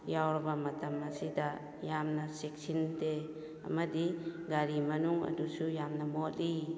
ꯌꯥꯎꯔꯕ ꯃꯇꯝ ꯑꯁꯤꯗ ꯌꯥꯝꯅ ꯆꯦꯛꯁꯤꯟꯗꯦ ꯑꯃꯗꯤ ꯒꯥꯔꯤ ꯃꯅꯨꯡ ꯑꯗꯨꯁꯨ ꯌꯥꯝꯅ ꯃꯣꯠꯂꯤ